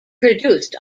produced